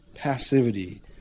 passivity